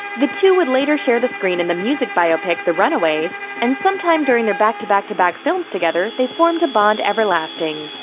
the two would later share the screen in the music biopic the runaways, and sometime during their back-to-back-to-back films together, they formed a bond everlasting.